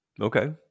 Okay